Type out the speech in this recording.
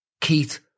Keith